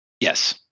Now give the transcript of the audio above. Yes